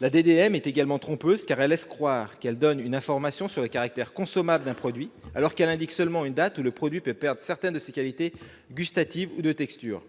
La DDM est également trompeuse, car elle laisse croire qu'elle donne une information sur le caractère consommable d'un produit, alors qu'elle indique seulement une date où le produit peut perdre certaines de ses qualités gustatives ou de texture.